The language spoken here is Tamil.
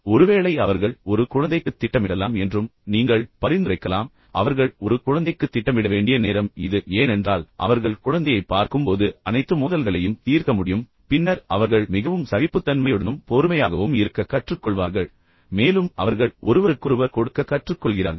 ஒருவேளை அவர்கள் ஒரு குழந்தைக்குத் திட்டமிடலாம் என்றும் நீங்கள் பரிந்துரைக்கலாம் அவர்கள் ஒரு குழந்தைக்குத் திட்டமிட வேண்டிய நேரம் இது ஏனென்றால் அவர்கள் குழந்தையைப் பார்க்கும்போது அனைத்து மோதல்களையும் தீர்க்க முடியும் பின்னர் அவர்கள் மிகவும் சகிப்புத்தன்மையுடனும் பொறுமையாகவும் இருக்க கற்றுக்கொள்வார்கள் மேலும் அவர்கள் ஒருவருக்கொருவர் கொடுக்க கற்றுக்கொள்கிறார்கள்